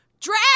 drag